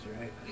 right